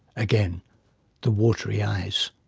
again the watery eyes.